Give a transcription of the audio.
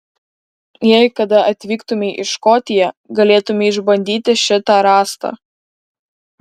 jei kada atvyktumei į škotiją galėtumei išbandyti šitą rąstą